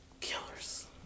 killers